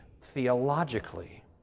theologically